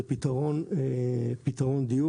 זה פיתרון דיור,